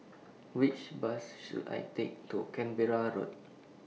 Which Bus should I Take to Canberra Road